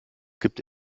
gibt